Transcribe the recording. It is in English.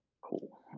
Cool